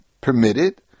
permitted